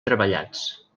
treballats